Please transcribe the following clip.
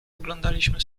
oglądaliśmy